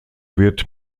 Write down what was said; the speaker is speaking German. wird